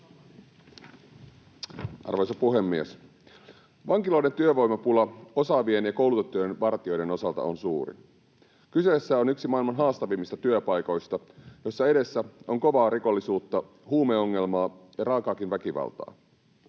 Arvoisa puhemies! Vankiloiden työvoimapula osaavien ja koulutettujen vartijoiden osalta on suuri. Kyseessä on yksi maailman haastavimmista työpaikoista, jossa edessä on kovaa rikollisuutta, huumeongelmaa ja raakaakin väkivaltaa.